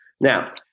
Now